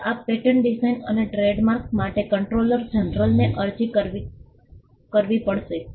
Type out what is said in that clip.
હવે આ pattern design અને ટ્રેડમાર્ક્સ માટે કંટ્રોલર જનરલને અરજી કરીને કરવું પડશે